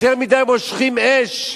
יותר מדי מושכים אש.